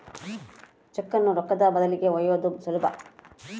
ಚೆಕ್ಕುನ್ನ ರೊಕ್ಕದ ಬದಲಿಗಿ ಒಯ್ಯೋದು ಸುಲಭ